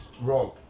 wrong